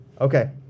Okay